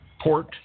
port